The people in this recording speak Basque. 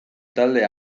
talde